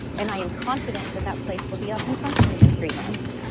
and i am confident that that place will be up and functioning in three months